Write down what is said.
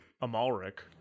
amalric